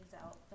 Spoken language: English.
out